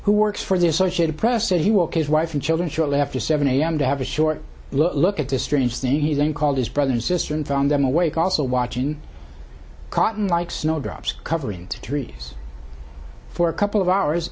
who works for the associated press said he will kiss wife and children shortly after seven am to have a short look at this strange thing he then called his brother and sister and found them awake also watching cotton like snowdrops covering the trees for a couple of hours